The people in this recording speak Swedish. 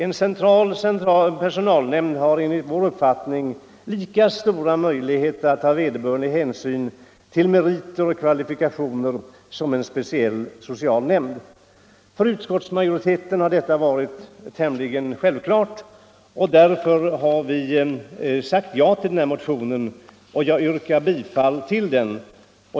En central personalnämnd har enligt vår uppfattning lika stora möjligheter att ta vederbörlig hänsyn till meriter och kvalifikationer som en speciell socialnämnd. För utskottsmajoriteten har detta varit tämligen självklart, och därför har vi sagt ja till motionen. Jag yrkar bifall till den.